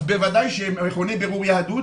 אז בוודאי שמכוני בירור יהדות,